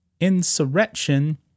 insurrection